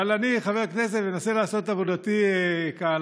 אבל אני כחבר כנסת מנסה לעשות את עבודתי כהלכה.